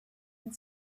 and